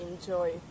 enjoy